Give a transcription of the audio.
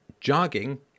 jogging